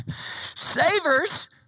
Savers